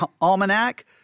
Almanac